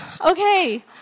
Okay